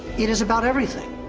it is about everything.